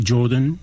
Jordan